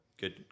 good